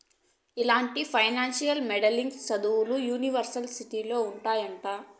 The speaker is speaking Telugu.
ఇలాంటి ఫైనాన్సియల్ మోడలింగ్ సదువులు యూనివర్సిటీలో ఉంటాయంట